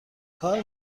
کار